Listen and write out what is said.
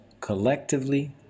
collectively